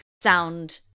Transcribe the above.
sound